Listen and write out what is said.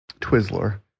Twizzler